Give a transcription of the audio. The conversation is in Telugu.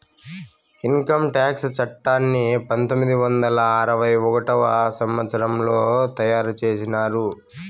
ఇన్కంటాక్స్ చట్టాన్ని పంతొమ్మిది వందల అరవై ఒకటవ సంవచ్చరంలో తయారు చేసినారు